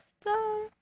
star